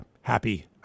happy